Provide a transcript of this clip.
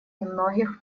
немногих